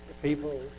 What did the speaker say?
people